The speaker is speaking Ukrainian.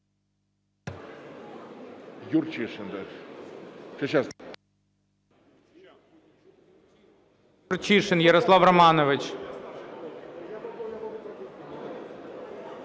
Юрчишин Ярослав Романович.